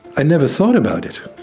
i never thought about it.